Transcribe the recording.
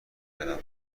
کردم